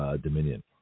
Dominion